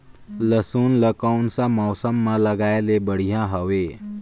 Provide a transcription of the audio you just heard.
लसुन ला कोन सा मौसम मां लगाय ले बढ़िया हवे?